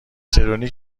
چرونی